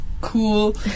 cool